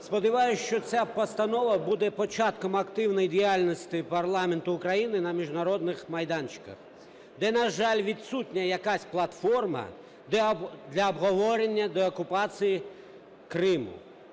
Сподіваюсь, що ця постанова буде початком активної діяльності парламенту Україна на міжнародних майданчиках, де, на жаль, відсутня якась платформа для обговорення деокупації Криму.